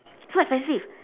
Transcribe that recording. so expensive